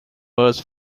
was